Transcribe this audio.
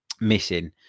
missing